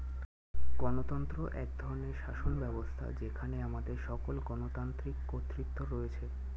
গণতন্ত্র এক ধরনের শাসনব্যবস্থা যেখানে আমাদের সকল গণতান্ত্রিক কর্তৃত্ব রয়েছে